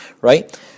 right